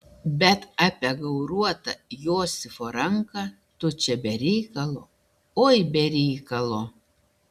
bet apie gauruotą josifo ranką tu čia be reikalo oi be reikalo